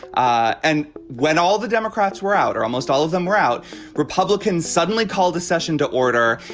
ah and when all the democrats were out or almost all of them were out republicans suddenly called a session to order.